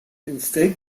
instead